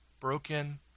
broken